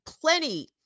plenty